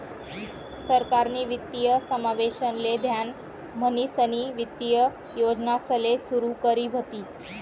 सरकारनी वित्तीय समावेशन ले ध्यान म्हणीसनी वित्तीय योजनासले सुरू करी व्हती